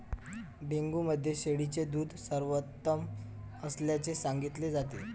dengue मध्ये शेळीचे दूध सर्वोत्तम असल्याचे सांगितले जाते